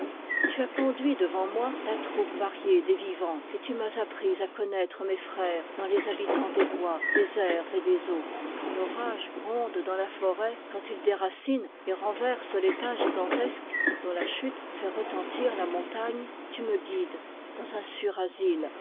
tu as conduit devant moi la troupe variée des vivants et tu m'as appris à a connattre mes frères dans les habitants des bois des airs et des eaux quand l'orage gronde dans la forêt quand il déracine et renverse les pins gigantesques dont la chute fait retentir la montngne tu me guides dans un sur asile